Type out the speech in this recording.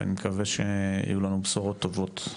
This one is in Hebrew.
ואני מקווה שיהיו לו לנו בשורות טובות.